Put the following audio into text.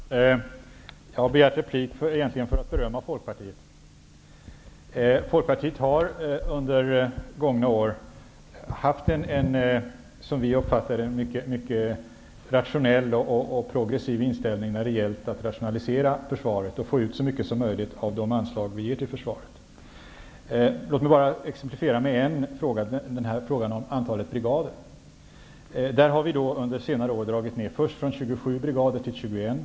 Herr talman! Jag har begärt replik för att berömma Folkpartiet. Folkpartiet har under de gångna åren haft en, som vi uppfattar det, rationell och progressiv inställning när det gällt att rationalisera försvaret och få ut så mycket som möjligt av de anslag vi ger till försvaret. Som exempel kan jag nämna frågan om antalet brigader. Under senare år har vi först dragit ned från 27 brigader till 21.